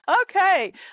okay